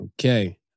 Okay